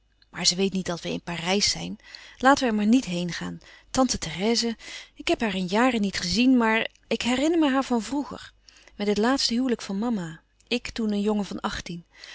maar ze weet niet dat we in parijs zijn laten we er maar niet heen gaan tante therèse ik heb haar in jaren niet gezien maar louis couperus van oude menschen de dingen die voorbij gaan ik herinner me haar van vroeger met het laatste huwelijk van mama ik toen een jongen van achttien